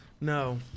No